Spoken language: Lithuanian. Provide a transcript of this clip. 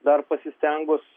dar pasistengus